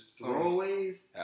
Throwaways